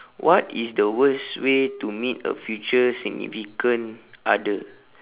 what is the worst way to meet a future significant other